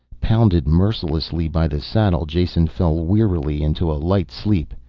pounded mercilessly by the saddle, jason fell wearily into a light sleep.